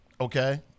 okay